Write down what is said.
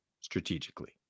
strategically